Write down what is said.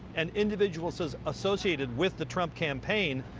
and individuals is associated with the trump campaign.